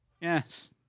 yes